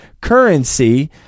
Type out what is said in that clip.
currency